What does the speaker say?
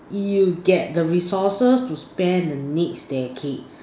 you get the resources to spend the next decade